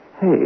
Hey